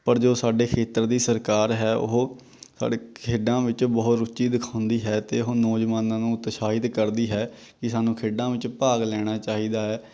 ਪਰ ਜੋ ਸਾਡੇ ਖੇਤਰ ਦੀ ਸਰਕਾਰ ਹੈ ਉਹ ਸਾਡੇ ਖੇਡਾਂ ਵਿੱਚ ਬਹੁਤ ਰੁਚੀ ਦਿਖਾਉਂਦੀ ਹੈ ਅਤੇ ਉਹ ਨੌਜਵਾਨਾਂ ਨੂੰ ਉਤਸ਼ਾਹਿਤ ਕਰਦੀ ਹੈ ਕਿ ਸਾਨੂੰ ਖੇਡਾਂ ਵਿੱਚ ਭਾਗ ਲੈਣਾ ਚਾਹੀਦਾ ਹੈ